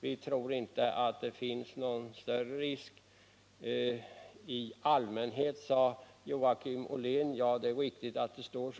Vi tror inte att det föreligger någon större risk för jäv. Joakim Ollén påpekade att det står i betänkandet att någon risk ”i allmänhet” inte torde föreligga. Det är riktigt att det står så.